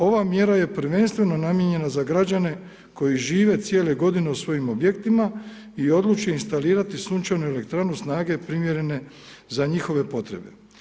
Ova mjera je prvenstveno namijenjena za građane koji žive cijele godine u svojim objektima o odluče instalirati sunčanu elektranu snage primijenjene za njihove potrebe.